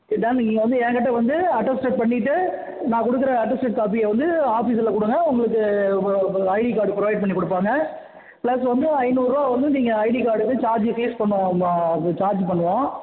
இதை நீங்கள் வந்து என்கிட்டே வந்து அட்டஸ்டடு பண்ணிவிட்டு நான் கொடுக்குற அட்டஸ்டடு காப்பியை வந்து ஆஃபிஸில் கொடுங்க உங்களுக்கு உங்களுக்கு ஐடி கார்டு ப்ரொவைட் பண்ணி கொடுப்பாங்க பிளஸ் வந்து ஐநூறு ரூபா வந்து நீங்கள் ஐடி கார்டுக்கு சார்ஜ்ஜி ஃபிஸ் பண்ணுவோம் சார்ஜ் பண்ணுவோம்